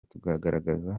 tukagaragaza